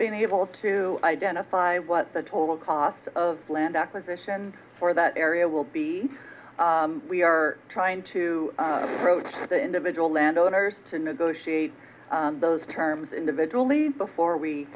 been able to identify what the total cost of land acquisition for that area will be we are trying to broach the individual landowners to negotiate those terms individually before we